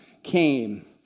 Came